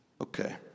Okay